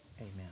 Amen